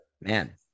Man